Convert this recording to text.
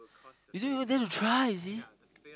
you see don't even dare to try you see